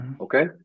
Okay